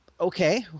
okay